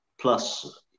Plus